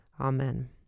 Amen